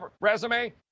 resume